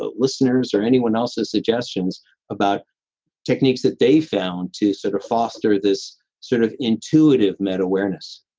but listeners or anyone else's suggestions about techniques that they've found to sort of foster this sort of intuitive meta-awareness